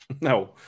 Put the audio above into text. no